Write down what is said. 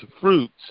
fruits